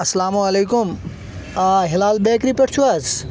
اسلامُ علیکُم آ ہِلال بیکری پٮ۪ٹھ چھو حظ